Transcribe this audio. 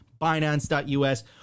Binance.us